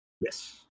Yes